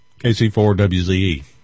KC4WZE